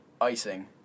Icing